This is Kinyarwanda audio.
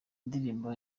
nindirimbo